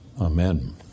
Amen